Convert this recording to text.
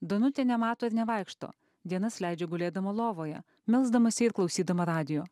danutė nemato ir nevaikšto dienas leidžia gulėdama lovoje melsdamasi ir klausydama radijo